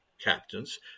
captains